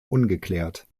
ungeklärt